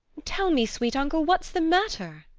tell me, sweet uncle, what's the matter?